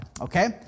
Okay